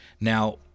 Now